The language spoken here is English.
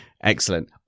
Excellent